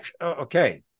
okay